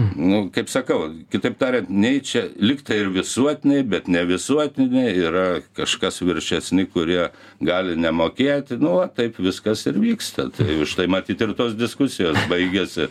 nu kaip sakau kitaip tariant nei čia lygtai ir visuotiniai bet ne visuotiniai yra kažkas viršesni kurie gali nemokėti nu va taip viskas ir vyksta tai užtai matyt ir tos diskusijos baigiasi